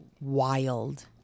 wild